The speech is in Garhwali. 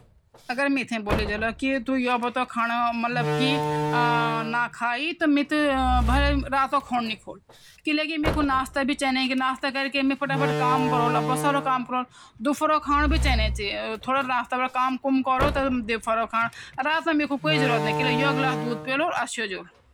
व्यस्त सुबाहों मां त्वे तंदुरुस्त और जल्दी नाश्ता बणाणे खातिर कई विकल्प छन: फ्रूटऔर ओट्स स्मूदी - एक गिलास दूध या दही, ओट्स आ मनपसंद फल (जन केला, सेब, या जामुन) मिलेकि मिक्सर मं पीस देन। यू पाचन शक्ति खातिर स्वादिष्ट विकल्प छ। उपमा या पोहा - यू ताजगी और पोषण सी भरू एकदम जल्दी बनदु । बणाणु भी सरल छ, बस प्याज, टमाटर और हरी सब्जी मिलाक बने सकदा।